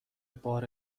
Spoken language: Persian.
بار